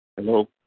Hello